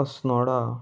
Assonora